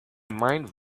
mind